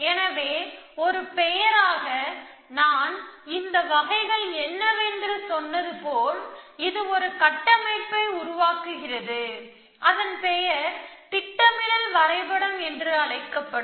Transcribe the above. எனவே ஒரு பெயராக நான் இந்த வகைகள் என்னவென்று நான் சொன்னது போல் இது ஒரு கட்டமைப்பை உருவாக்குகிறது அதன் பெயர் திட்டமிடல் வரைபடம் என்று அழைக்கப்படும்